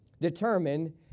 determine